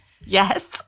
Yes